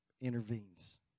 intervenes